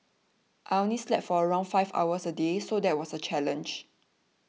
I only slept for around five hours a day so that was a challenge